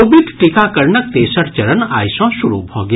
Covid टीकाकरणक तेसर चरण आइ सँ शुरू भऽ गेल